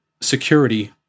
security